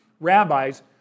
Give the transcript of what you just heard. rabbis